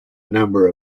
number